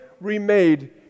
remade